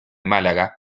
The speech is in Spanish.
málaga